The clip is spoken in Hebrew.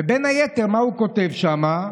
בין היתר, מה הוא כותב שם?